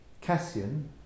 Cassian